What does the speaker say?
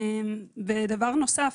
ודבר נוסף,